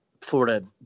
Florida